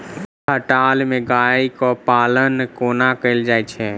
खटाल मे गाय केँ पालन कोना कैल जाय छै?